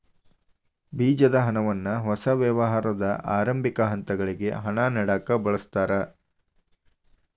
ಬೇಜದ ಹಣವನ್ನ ಹೊಸ ವ್ಯವಹಾರದ ಆರಂಭಿಕ ಹಂತಗಳಿಗೆ ಹಣ ನೇಡಕ ಬಳಸ್ತಾರ